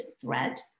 threat